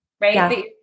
Right